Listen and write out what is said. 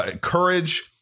courage